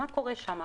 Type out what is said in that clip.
מה קורה שם,